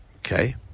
okay